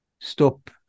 Stop